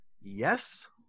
yes